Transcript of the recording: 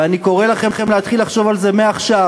ואני קורא לכם להתחיל לחשוב על זה מעכשיו,